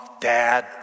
dad